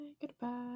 Goodbye